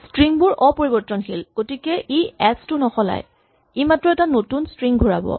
string বোৰ অপৰিবৰ্তনশীল গতিকে ই এচ টো নসলায় ই মাত্ৰ এটা নতুন স্ট্ৰিং ঘূৰাব